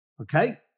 Okay